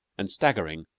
and staggering,